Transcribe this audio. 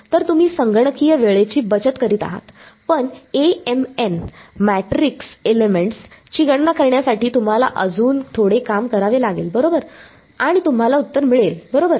तर तुम्ही संगणकीय वेळेची बचत करीत आहात पण Amn मेट्रिक्स एलिमेंट्स ची गणना करण्यासाठी तुम्हाला अजून थोडे काम करावे लागेल बरोबर आणि तुम्हाला उत्तर मिळेल बरोबर